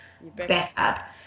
backup